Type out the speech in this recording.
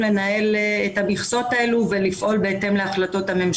בפלשתינאים המכסה מורכבת מעובדים קבועים ועובדים עונתיים והיא של